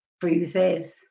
bruises